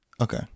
okay